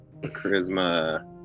Charisma